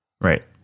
Right